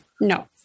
No